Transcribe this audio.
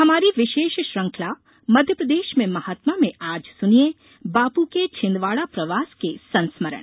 हमारी विशेष श्रृंखला मध्यप्रदेश में महात्मा में आज सुनिये बापू के छिन्दवाड़ा प्रवास के संस्मरण